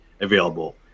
available